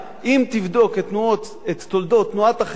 אם תבדוק את תולדות תנועת החירות